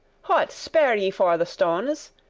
what, spare ye for the stones?